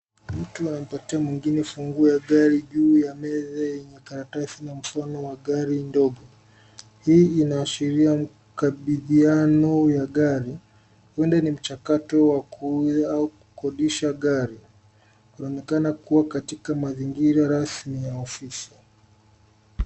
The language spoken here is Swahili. Mtu anampatia mwingine funguo ya gari juu ya meza yenye karatasi na mfano wa gari ndogo. Hii inaashiria mkabidhiano ya gari. Uende ni mchakato wa kuuza au kukodisha gari. Inaonekana kuwa katika mazingira rasmi ya ofisi.